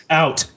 out